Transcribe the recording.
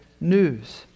news